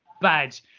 bad